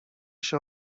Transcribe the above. się